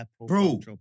Bro